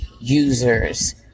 users